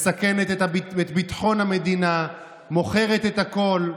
מסכנת את ביטחון המדינה, מוכרת את הכול.